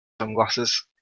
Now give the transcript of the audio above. sunglasses